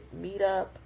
Meetup